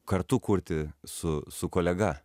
kartu kurti su su kolega